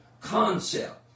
concept